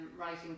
writing